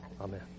Amen